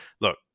look